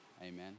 Amen